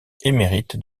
émérite